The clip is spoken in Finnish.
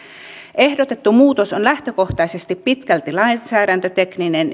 ehdotettu muutos on lähtökohtaisesti pitkälti lainsäädäntötekninen